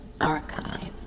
Archive